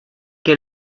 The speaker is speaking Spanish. que